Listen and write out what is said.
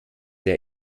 der